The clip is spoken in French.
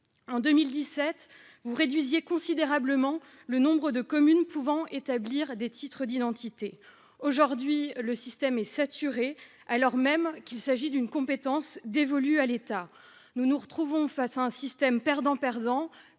En 2017, le Gouvernement réduisait considérablement le nombre de communes pouvant établir des titres d'identité. Aujourd'hui, le système est saturé, alors même qu'il s'agit d'une compétence dévolue à l'État ! Nous nous retrouvons face à un système « perdant-perdant